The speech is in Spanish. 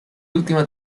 última